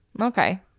okay